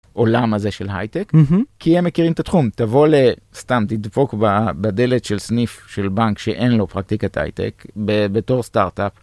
עולם הזה של הייטק. המ-המ. כי הם מכירים את התחום. תבוא ל...סתם, תדפוק ב-בדלת של סניף, של בנק, שאין לו פרקטיקת הייטק, ב...בתור סטארט-אפ,